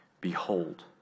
Behold